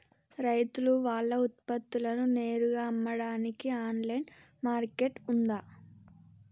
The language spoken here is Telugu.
రైతులు వాళ్ల ఉత్పత్తులను నేరుగా అమ్మడానికి ఆన్లైన్ మార్కెట్ ఉందా?